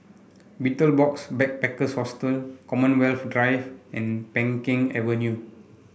Betel Box Backpackers Hostel Commonwealth Drive and Peng Kang Avenue